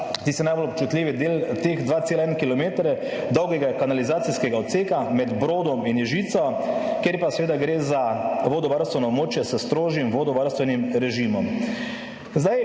tisti najbolj občutljivi del teh 2,1 kilometer dolgega kanalizacijskega odseka med Brodom in Ježico, kjer pa seveda gre za vodovarstveno območje s strožjim vodovarstvenim režimom.